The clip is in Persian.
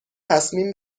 تصمیم